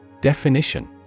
Definition